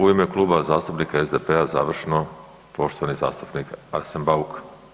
U ime Kluba zastupnika SDP-a završno poštovani zastupnik Arsen Bauk.